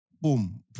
Boom